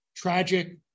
tragic